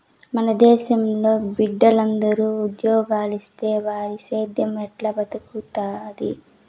మన దేశంలో బిడ్డలందరూ ఉజ్జోగాలిస్తే మరి సేద్దెం ఎట్టా బతుకుతాది